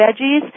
veggies